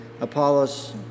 Apollos